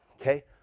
Okay